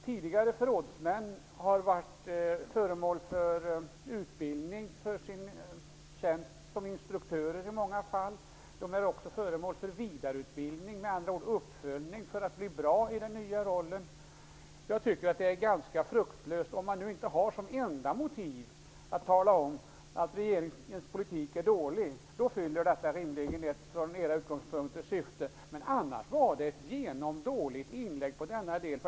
Tidigare förrådsmän har varit föremål för utbildning för sina tjänster såsom instruktörer i många fall. De är också föremål för vidareutbildning, med andra ord uppföljning, för att bli bra i sina nya roller. Om man nu har såsom enda motiv att tala om att regeringens politik är dålig, fyller er argumentation rimligen från era utgångspunkter ett syfte. Men annars var det en dålig del av inlägget.